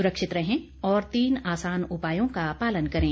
सुरक्षित रहें और तीन आसान उपायों का पालन करें